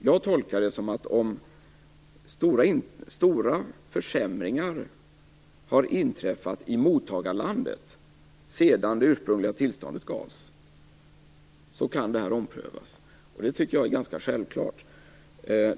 Jag tolkar det som att om stora försämringar har inträffat i mottagarlandet sedan det ursprungliga tillståndet gavs kan detta omprövas. Det tycker jag är ganska självklart.